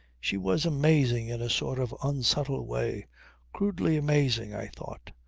she was amazing in a sort of unsubtle way crudely amazing i thought.